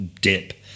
dip